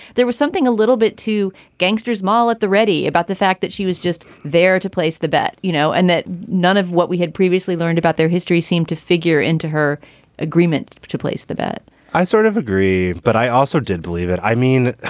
there was something a little bit too gangster's moll at the ready about the fact that she was just there to place the bet. you know, and that none of what we had previously learned about their history seemed to figure into her agreement to place the bet i sort of agree. but i also did believe it. i mean,